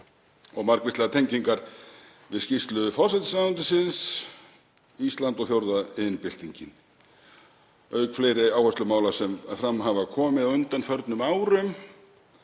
og margvíslegar tengingar við skýrslu forsætisráðuneytisins Ísland og fjórða iðnbyltingin, auk fleiri áherslumála sem fram hafa komið á undanförnum árum